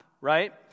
right